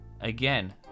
again